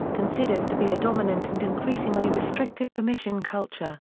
considers to be a dominant and increasingly restrictive permission culture.